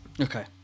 Okay